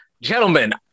gentlemen